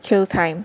kill time